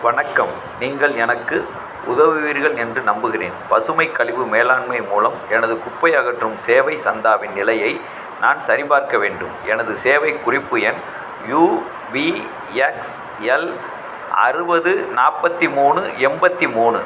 வணக்கம் நீங்கள் எனக்கு உதவுவீர்கள் என்று நம்புகிறேன் பசுமை கழிவு மேலாண்மை மூலம் எனது குப்பை அகற்றும் சேவை சந்தாவின் நிலையை நான் சரிபார்க்க வேண்டும் எனது சேவை குறிப்பு எண் யுபிஎக்ஸ்எல் அறுபது நாற்பத்தி மூணு எண்பத்தி மூணு